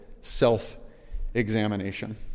self-examination